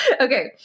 Okay